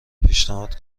پیشنهاد